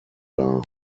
dar